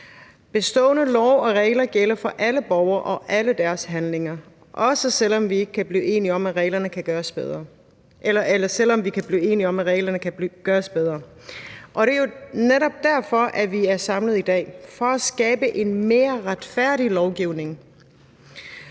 Bestående love og regler gælder for alle borgere og alle deres handlinger, også selv om vi kan blive enige om, at reglerne kan gøres bedre. Og det er jo netop derfor, vi er samlet i dag – for at skabe en mere retfærdig lovgivning.